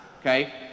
okay